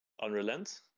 Unrelent